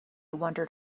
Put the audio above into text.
wondered